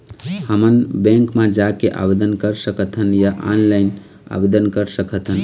हमन बैंक मा जाके आवेदन कर सकथन या ऑनलाइन आवेदन कर सकथन?